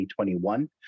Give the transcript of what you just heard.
2021